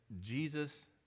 Jesus